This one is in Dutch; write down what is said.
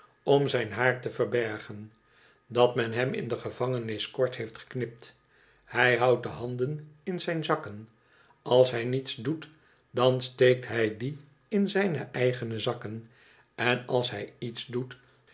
om zijn haar te verbergen dat men hem in do gevangenis kort heeft afgeknipt hij houdt de handen in zijn zakken als hij niets doet dan steekt hij die in zijne eigene zakken en als hij iets doet